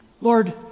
Lord